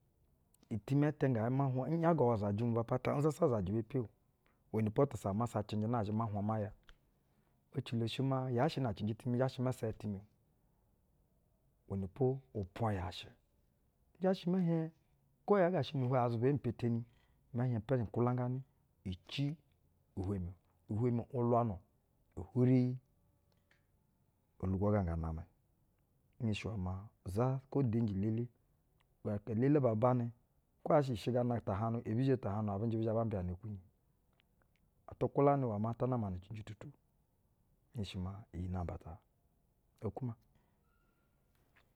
Itimɛ ɛtɛ ngɛ zhɛ ma nhwa, ŋ’yagawa uzajɛ mu ba pata nzasa zajv be peo, iwɛnɛpo tu sa ama sa cɛnjɛ na zhɛ ma nhwa ma ya. Ecilo shɛ maa yaa shɛ na cɛnjɛ timi nzha shɛ ma sa ya-itimɛ. iwɛnɛpo upwan yaa shɛ nzha shɛ mɛ hieŋ kwo yaa ga shɛ ni-ihwɛ ya-azuba ee mpeteni, mɛ hieŋ epe nkwulanganɛ ici ihwɛ mi o ihwɛ mi n’wulwanu uhwuri olugo ga ngaa namɛ. Nhenshi iwɛ maa i za kwo udenji we-elele, aka-elele baa bamɛ, kwo yaa shɛ gana tahaŋnu, ehi zhe tahaŋnu abɛ njɛ bi zhɛ ba mbɛyamɛ ekwunyi. Itu kwulana iwɛ maa ta nama na cɛnjɛ tutu. Nhenshi maa iyi namba ta, okwu ma.